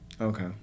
Okay